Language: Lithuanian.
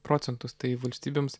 procentus tai valstybėms